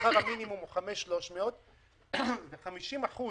שכר המינימום הוא 5,300. ו-50%